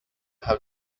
have